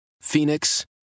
Phoenix